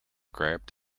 grabbed